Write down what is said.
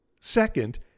Second